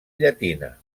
llatina